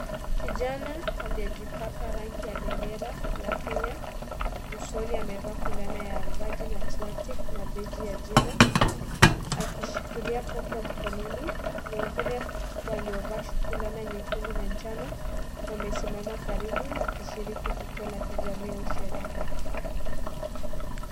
Kijana aliyejipaka rangi ya bendera ya Kenya usoni amevaa fulana ya Virgin Atlantic na beji ya jina akishikilia kopo mkononi. Wengine waliovaa fulana nyekundu na njano wamesimama karibu wakishiriki tukio la kijamii au sherehe.